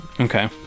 okay